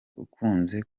ukunze